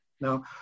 now